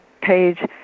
Page